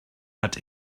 hat